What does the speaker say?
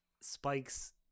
Spike's